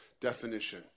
definition